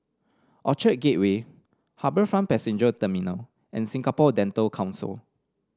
Orchard Gateway HarbourFront Passenger Terminal and Singapore Dental Council